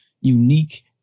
unique